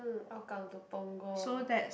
Hougang to punggol